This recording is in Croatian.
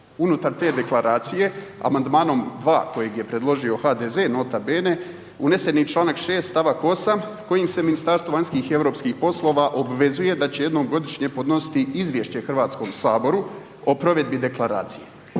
unutar te deklaracije amandmanom 2 kojeg je predložio HDZ nota bene, unesen je čl. 6. st. 8. kojim se Ministarstvo vanjskih i europskih poslova obvezuje da će jednom godišnje podnositi izvješće Hrvatskom saboru o provedbi deklaracije.